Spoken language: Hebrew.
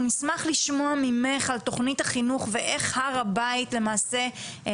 אנחנו נשמח לשמוע ממך על תכנית החינוך ואיך הר הבית מיוצג,